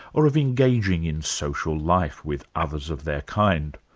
or of engaging in social life with others of their kind.